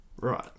right